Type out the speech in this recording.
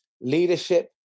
leadership